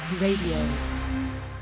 Radio